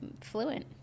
fluent